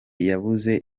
yabuze